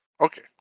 Okay